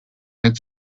had